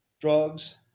Drugs